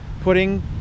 putting